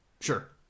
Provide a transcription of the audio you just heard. Sure